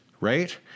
right